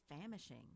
famishing